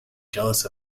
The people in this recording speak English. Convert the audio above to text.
jealous